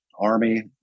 army